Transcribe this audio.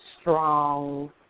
strong